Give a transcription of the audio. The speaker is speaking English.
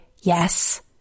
yes